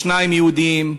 שניים יהודים,